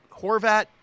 horvat